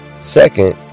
Second